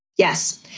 Yes